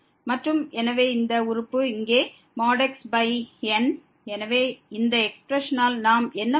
மற்றும் எனவே இந்த உறுப்பு இங்கே xN எனவே இந்த எக்ஸ்பிரஷனால் நாம் என்ன பார்க்கிறோம்